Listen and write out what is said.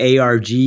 ARG